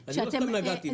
אני לא סתם נגעתי בו.